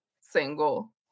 single